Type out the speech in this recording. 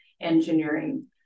engineering